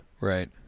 Right